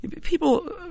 People